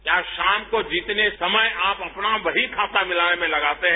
या शाम को जितने समय आप अपना बही खाता मिलाने में समय लगाते हैं